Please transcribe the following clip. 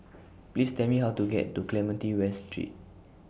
Please Tell Me How to get to Clementi West Street